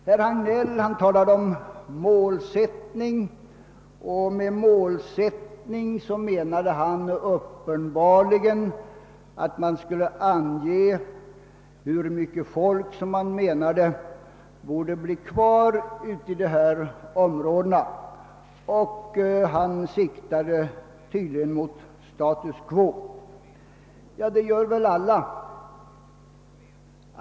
Herr Hagnell talade om behovet av målsättning och han menade uppenbarligen att man skulle ange hur mycket människor, som borde bo kvar ute i glesbygdsområdena. Han siktade tydligen mot status quo. Ja, det gör vi alla.